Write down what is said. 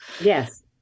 Yes